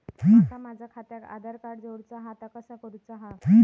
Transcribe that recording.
माका माझा खात्याक आधार कार्ड जोडूचा हा ता कसा करुचा हा?